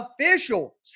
official